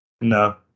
No